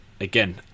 Again